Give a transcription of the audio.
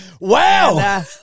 Wow